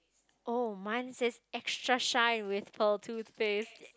oh mine says extra shine with pearl toothpaste